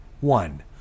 One